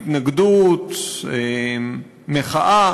התנגדות, מחאה,